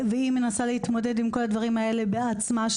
היא מנסה להתמודד עם כל הדברים האלה בעצמה.